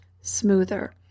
smoother